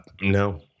no